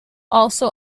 also